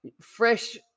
fresh